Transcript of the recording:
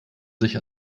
sich